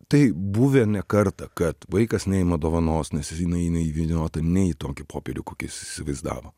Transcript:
tai buvę ne kartą kad vaikas neima dovanos nes jinai jinai įvyniota ne į tokį popierių kokį jis įsivaizdavo